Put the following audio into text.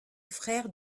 frère